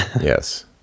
Yes